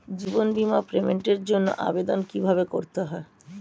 জীবন বীমার পেমেন্টের জন্য আবেদন কিভাবে করতে হয়?